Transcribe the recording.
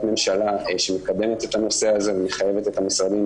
ממשלה שמקדמת את הנושא הזה ומחייבת את המשרדים,